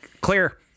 clear